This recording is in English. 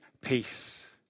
peace